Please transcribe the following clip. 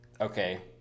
Okay